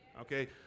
Okay